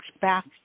back